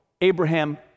Abraham